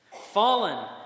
Fallen